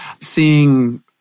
seeing